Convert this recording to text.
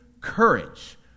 courage